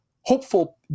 hopeful